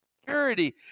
security